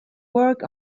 work